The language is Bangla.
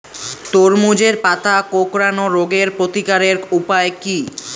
তরমুজের পাতা কোঁকড়ানো রোগের প্রতিকারের উপায় কী?